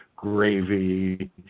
Gravy